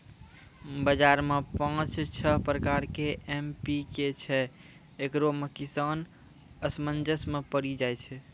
बाजार मे पाँच छह प्रकार के एम.पी.के छैय, इकरो मे किसान असमंजस मे पड़ी जाय छैय?